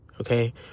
okay